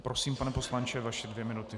Prosím, pane poslanče, vaše dvě minuty.